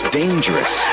dangerous